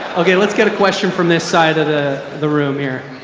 okay, let's get a question from this side of ah the room here.